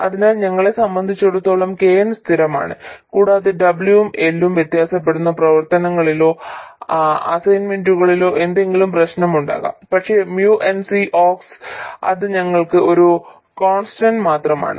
അതിനാൽ ഞങ്ങളെ സംബന്ധിച്ചിടത്തോളം K n സ്ഥിരമാണ് കൂടാതെ W ഉം L ഉം വ്യത്യാസപ്പെടുന്ന പ്രവർത്തനങ്ങളിലോ അസൈൻമെന്റുകളിലോ എന്തെങ്കിലും പ്രശ്നമുണ്ടാകാം പക്ഷേ mu n C ox അത് ഞങ്ങൾക്ക് ഒരു കോൺസ്റ്റന്റ് മാത്രമാണ്